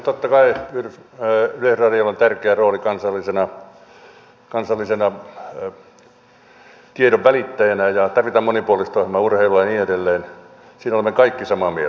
totta kai yleisradiolla on tärkeä rooli kansallisena tiedon välittäjänä ja tarvitaan monipuolista ohjelmaa urheilua ja niin edelleen siitä olemme kaikki samaa mieltä